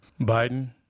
Biden